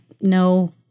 No